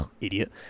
Idiot